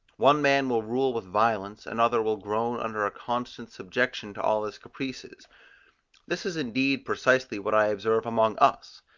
one man will rule with violence, another will groan under a constant subjection to all his caprices this is indeed precisely what i observe among us,